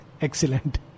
Excellent